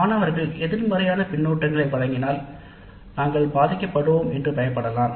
மாணவர்கள் எதிர்மறையான கருத்துக்களை வழங்கினால் தாங்கள் பாதிக்கப்படுவோம் என்று பயப்படலாம்